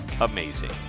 amazing